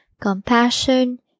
compassion